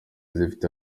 zifite